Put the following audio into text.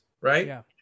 right